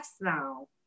now